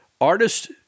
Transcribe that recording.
artists